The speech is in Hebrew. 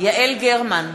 יעל גרמן,